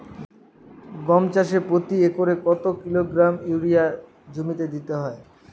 গম চাষে প্রতি একরে কত কিলোগ্রাম ইউরিয়া জমিতে দিতে হয়?